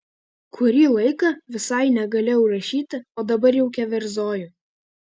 kurį laiką visai negalėjau rašyti o dabar jau keverzoju